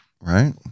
right